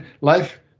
Life